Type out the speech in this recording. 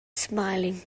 smiling